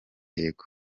yego